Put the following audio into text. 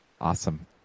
Awesome